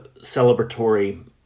celebratory